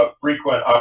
frequent